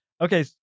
Okay